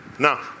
Now